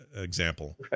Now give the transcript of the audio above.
example